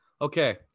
Okay